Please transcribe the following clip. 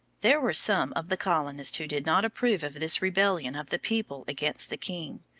there were some of the colonists who did not approve of this rebellion of the people against the king.